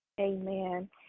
Amen